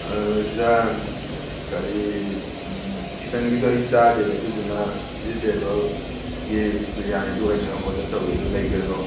ꯁꯤꯗ ꯀꯔꯤ ꯆꯤꯛꯀꯟꯒꯤꯗꯣ ꯑꯩ ꯆꯥꯗꯦꯕ ꯑꯗꯨꯗꯨꯅ ꯚꯤꯖꯤꯇꯦꯕꯜꯒꯤ ꯕ꯭ꯔꯤꯌꯥꯅꯤꯗꯣ ꯑꯣꯏꯅ ꯑꯣꯔꯗꯔ ꯇꯧꯒꯦ ꯑꯗꯣ ꯂꯩꯒꯗ꯭ꯔꯣ